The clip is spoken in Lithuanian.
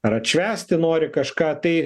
ar atšvęsti nori kažką tai